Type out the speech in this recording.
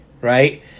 right